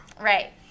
right